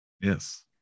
Yes